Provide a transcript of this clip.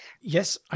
Yes